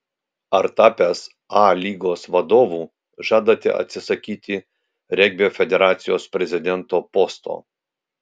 ar tapęs a lygos vadovu žadate atsisakyti regbio federacijos prezidento posto